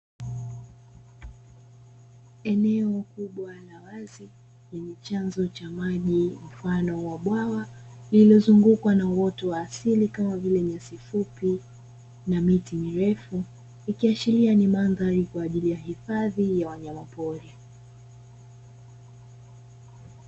Eneo kubwa la wazi lenye chanzo cha maji mfano wa bwawa lilizungukwa na uoto wa asili kama vile nyasi fupi na miti mirefu ikiashiria ni madhari kwa ajili ya hifadhi ya wanyamapori.